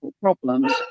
problems